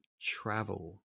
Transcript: travel